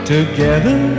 Together